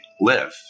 live